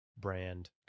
brand